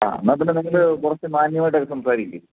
ആ എന്നാൽ പിന്നെ നിങ്ങൾ കുറച്ച് മാന്യമായിട്ടൊക്കെ സംസാരിക്ക്